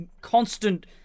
constant